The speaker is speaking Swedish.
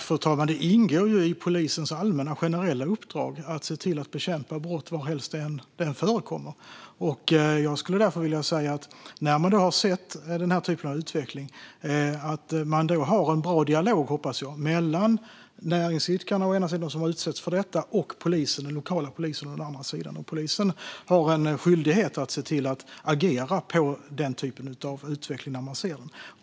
Fru talman! Det ingår i polisens allmänna generella uppdrag att bekämpa brott varhelst det förekommer. Jag hoppas att det vid den här typen av utveckling finns en bra dialog mellan de näringsidkare som har utsatts å ena sidan och den lokala polisen å andra sidan. Polisen har en skyldighet att agera på den typen av utveckling när man ser den.